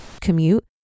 commute